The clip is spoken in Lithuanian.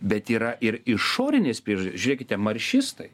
bet yra ir išorinės priež žiūrėkite maršistai